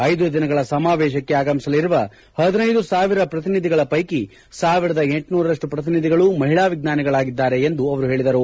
ಐದು ದಿನಗಳ ಸಮಾವೇಶಕ್ಕೆ ಆಗಮಿಸಲಿರುವ ಹದಿನೈದು ಸಾವಿರ ಪ್ರತಿನಿಧಿಗಳ ಪೈಕಿ ಸಾವಿರದ ಎಂಟು ನೂರರಷ್ಟು ಪ್ರತಿನಿಧಿಗಳು ಮಹಿಳಾ ವಿಜ್ಞಾನಿಗಳಾಗಿದ್ದಾರೆ ಎಂದು ಅವರು ಹೇಳದರು